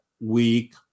week